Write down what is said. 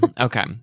Okay